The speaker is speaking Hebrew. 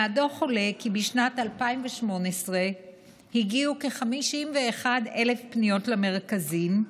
מהדוח עולה כי בשנת 2018 הגיעו כ-51,000 פניות למרכזים,